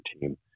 team